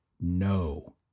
no